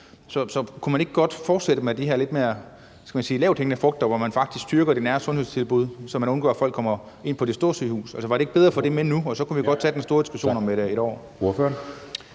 Så kunne man ikke godt fortsætte med de her lidt mere, kan man sige, lavthængende frugter, hvor man faktisk styrker det nære sundhedstilbud, så man undgår, at folk kommer ind på de store sygehuse? Var det ikke bedre at få det med nu, og så kunne vi godt tage den store diskussion om et år?